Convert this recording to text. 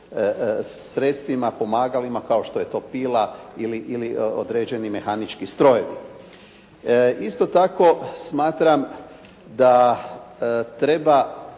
sredstvima, pomagalima kao što je to pila ili određeni mehanički strojevi. Isto tako smatram da treba